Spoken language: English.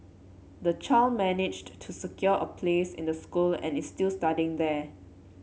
the child managed to secure a place in the school and is still studying there